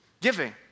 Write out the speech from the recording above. giving